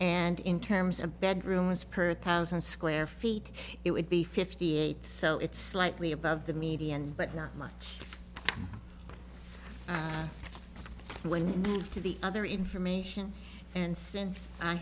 and in terms a bedroom is perth thousand square feet it would be fifty eight so it's slightly above the median but not much when you move to the other information and since i